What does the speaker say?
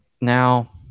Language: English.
Now